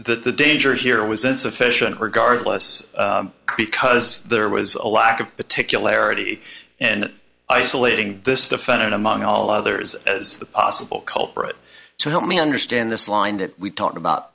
the danger here was insufficient regardless because there was a lack of particularity and isolating this defendant among all others as the possible culprit so help me understand this line that we talked about